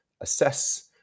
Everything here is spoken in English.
assess